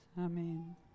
Amen